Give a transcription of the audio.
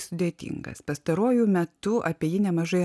sudėtingas pastaruoju metu apie jį nemažai